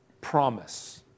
Promise